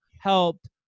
helped